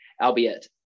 albeit